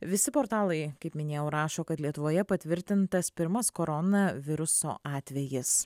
visi portalai kaip minėjau rašo kad lietuvoje patvirtintas pirmas koronaviruso atvejis